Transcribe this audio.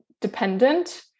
dependent